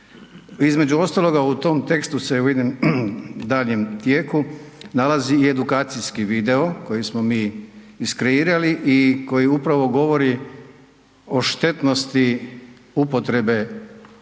Između ostaloga u tom tekstu se u jednim .../Govornik se ne razumije./... tijeku nalazi i edukacijski video koji smo mi iskreirali, i koji upravo govori o štetnosti upotrebe mobilnih